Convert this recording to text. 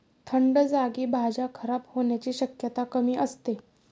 थंड जागी भाज्या खराब होण्याची शक्यता कमी असते